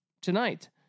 tonight